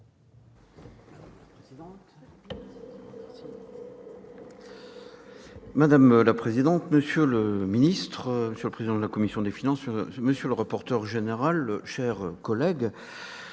Madame la présidente, monsieur le ministre, monsieur le président de la commission des finances, monsieur le rapporteur général, mes chers collègues,